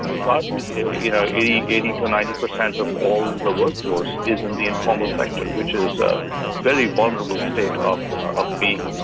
lot you know, eighty eighty to ninety percent of all the workforce is in the informal sector, which is a very vulnerable state of ah being.